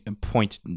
point